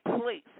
please